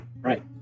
Right